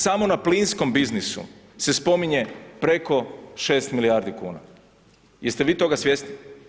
Samo na plinskom biznisu se spominje preko 6 milijardi kuna, jeste vi toga svjesni?